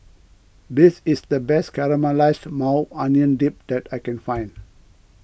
this is the best Caramelized Maui Onion Dip that I can find